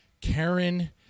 Karen